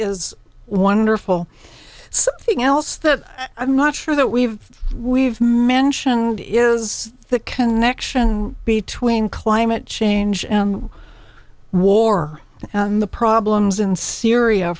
is wonderful something else that i'm not sure that we've we've mentioned it is the connection between climate change and war in the problems in syria